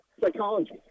psychology